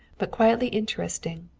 but quietly interesting.